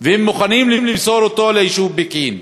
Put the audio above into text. והם מוכנים למסור אותו ליישוב פקיעין.